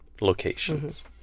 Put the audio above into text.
locations